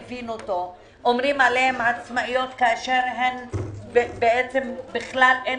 מבין אותו - אומרים עליהן עצמאיות כאשר הן בכל אין